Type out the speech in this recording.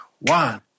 one